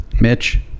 Mitch